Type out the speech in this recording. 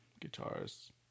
guitars